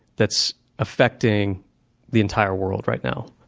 that's affecting the entire world, right now.